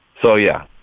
so yeah